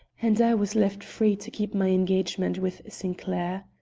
and i was left free to keep my engagement with sinclair.